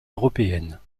européennes